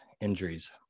injuries